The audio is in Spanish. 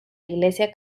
iglesia